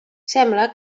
sembla